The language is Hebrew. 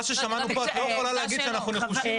מה ששמענו פה את לא יכולה להגיד ש'אנחנו נחושים',